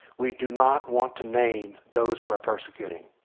we do not want to name those who are persecuting.